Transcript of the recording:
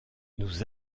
nous